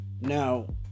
Now